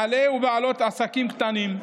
בעלי ובעלות עסקים קטנים,